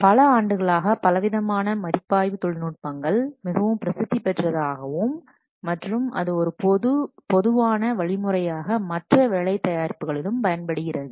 பல ஆண்டுகளாக பலவிதமான மதிப்பாய்வு தொழில்நுட்பங்கள் மிகவும் பிரசித்தி பெற்றதாகவும் மற்றும் அது ஒரு பொதுவான வழிமுறையாக மற்ற வேலை தயாரிப்புகளிலும் பயன்படுகிறது